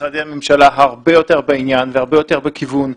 שמשרדי הממשלה הרבה יותר בעניין והרבה יותר בכיוון,